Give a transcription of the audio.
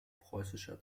preußischer